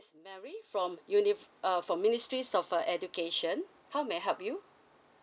marie from unif~ err from ministry of education how may I help you